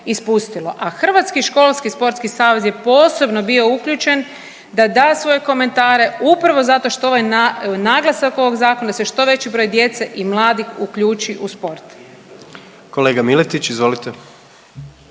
A Hrvatski školski sportski savez je posebno bio uključen da da svoje komentare upravo zato što ovaj, naglasak ovog zakona da se što veći djece i mladih uključi u sport. **Jandroković, Gordan